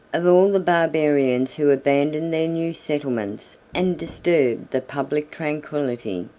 of all the barbarians who abandoned their new settlements, and disturbed the public tranquillity,